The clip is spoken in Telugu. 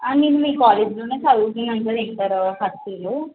నేను మీ కాలేజ్లోనే చదువుతున్నాను సార్ ఇంటర్ ఫస్ట్ ఇయరు